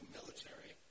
military